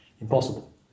Impossible